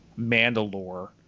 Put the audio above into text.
mandalore